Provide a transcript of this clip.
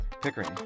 Pickering